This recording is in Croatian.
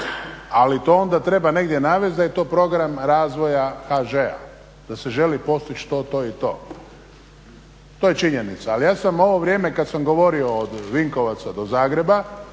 ali to onda treba negdje navesti da je to program razvoja HŽ-a, da se želi postići to, to i to. To je činjenica. Ali ja sam ovo vrijeme kad sam govorio od Vinkovaca do Zagreba